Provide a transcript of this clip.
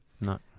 no